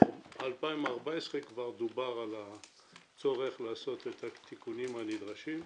ב-2014 כבר דובר על הצורך לעשות את התיקונים הנדרשים.